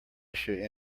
issue